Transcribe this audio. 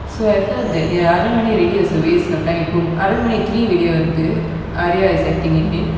so I felt that ya Aranmanai really was a waste of time Aranmanai three வெளிய வருது:veliya varuthu is it Arya is acting in it